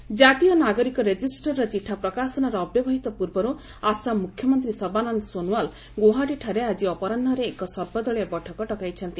Assam NRC ଜାତୀୟ ନାଗରିକ ରେଜିଷ୍ଟରର ଚିଠା ପ୍ରକାଶନର ଅବ୍ୟବହିତ ପୂର୍ବରୁ ଆସାମ ମୁଖ୍ୟମନ୍ତ୍ରୀ ସର୍ବାନନ୍ଦ ସୋନୱାଲ ଗୌହାଟୀଠାରେ ଆଜି ଅପରାହ୍ନରେ ଏକ ସର୍ବଦଳୀୟ ବୈଠକ ଡକାଇଛନ୍ତି